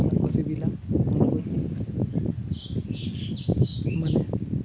ᱩᱱᱟᱹᱜ ᱠᱚ ᱥᱤᱵᱤᱞᱟ ᱢᱟᱱᱮ